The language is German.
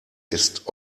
ist